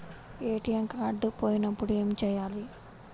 ATM card పోయినప్పుడు ఏమి చేయాలి?